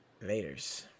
Laters